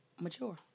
mature